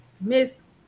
miss